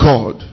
God